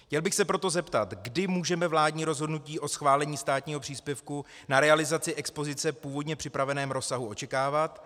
Chtěl bych se proto zeptat, kdy můžeme vládní rozhodnutí o schválení státního příspěvku na realizaci expozice v původně připraveném rozsahu očekávat.